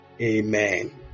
Amen